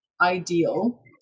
ideal